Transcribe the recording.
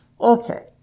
okay